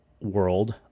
world